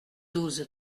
douze